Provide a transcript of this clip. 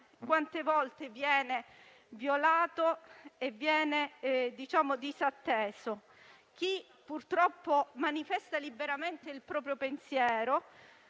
quante volte viene violato e disatteso? Purtroppo, chi manifesta liberamente il proprio pensiero